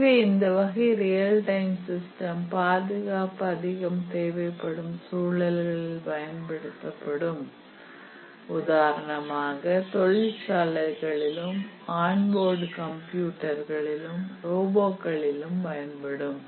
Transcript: எனவே இந்த வகை ரியல் டைம் சிஸ்டம் பாதுகாப்பு அதிகம் தேவைப்படும் சூழல்களில் பயன்படுத்தப்படும் உதாரணமாக தொழிற்சாலைகளிலும் ஆன்போர்டு கம்ப்யூட்டர்களிலும் ரோபோ களிலும் பயன்படும்